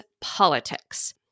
politics